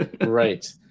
Right